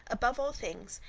above all things,